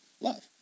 love